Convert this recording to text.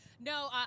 No